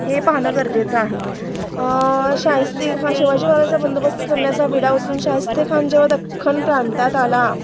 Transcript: हे पाहणं गरजेचं आहे शाहिस्ते शिवाजीवालाचा बंदोबस्त करण्याचा विडा उचलून शाहिस्तेखान जेव्हा दख्खन प्रांतात आला